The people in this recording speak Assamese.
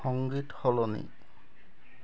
সংগীত সলনি